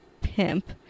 pimp